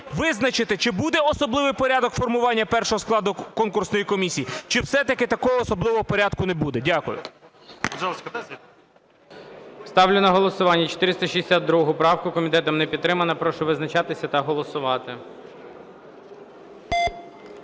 визначити, чи буде особливий порядок формування першого складу конкурсної комісії, чи все-таки такого особливого порядку не буде. Дякую. ГОЛОВУЮЧИЙ. Ставлю на голосування 462 правку. Комітетом не підтримана. Прошу визначатися та голосувати.